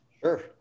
Sure